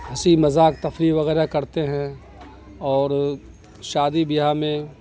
ہنسی مذاق تفریح وغیرہ کرتے ہیں اور شادی بیاہ میں